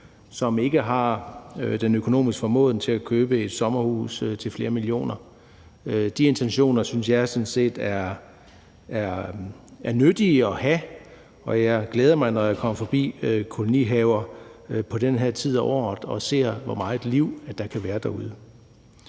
som ikke har den økonomiske formåen til at købe et sommerhus til flere millioner. De intentioner synes jeg sådan set er nyttige at have, og jeg glæder mig, når jeg kommer forbi kolonihaver på den her tid af året og ser, hvor meget liv der kan være derude.